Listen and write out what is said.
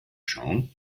schauen